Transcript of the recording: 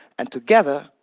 and together,